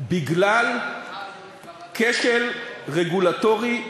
בגלל כשל רגולטורי,